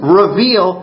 reveal